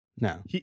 No